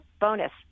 bonus